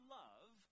love